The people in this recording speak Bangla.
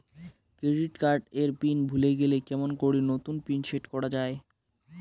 ক্রেডিট কার্ড এর পিন ভুলে গেলে কেমন করি নতুন পিন সেট করা য়ায়?